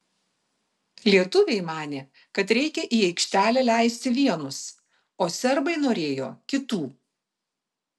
lietuviai manė kad reikia į aikštelę leisti vienus o serbai norėjo kitų